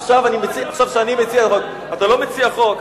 עכשיו כשאני מציע, לא, אני לא מציע חוק.